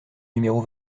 numéro